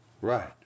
Right